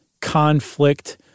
conflict